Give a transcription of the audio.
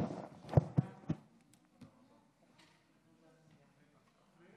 מה גלוי ומה לא גלוי בפרשה הזאת?